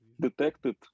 detected